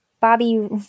Bobby